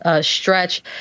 stretch